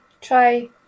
try